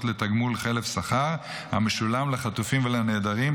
לתגמול חלף שכר המשולם לחטופים ולנעדרים,